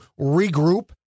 regroup